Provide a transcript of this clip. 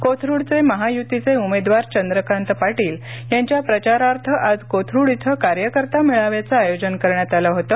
कोथरूडचे महायुतीचे उमेदवार चंद्रकांत पाटील यांच्या प्रचारार्थ आज कोथरूड इथं कार्यकर्ता मेळाव्याचं आयोजन करण्यात आलं होतं